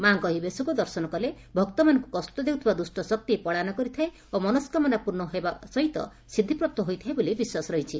ମାଙକ ଏହି ବେଶକ୍ ଦଶିନ କଲେ ଭକ୍ତମାନଙ୍କୁ କଷ ଦେଉଥିବା ଦୁଷ୍ ଶକ୍ତି ପଳାୟନ କରିଥାଏ ଓ ମନୋସ୍କାମନା ପୂର୍ଶ୍ୱ ହେବା ସହିତ ସିବ୍ଧି ପ୍ରାପ୍ତ ହୋଇଥାଏ ବୋଲି ବିଶ୍ୱାସ ରହିଛି